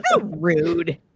rude